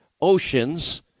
oceans